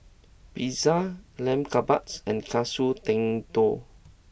Pizza Lamb Kebabs and Katsu Tendon